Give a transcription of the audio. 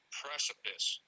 precipice